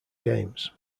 games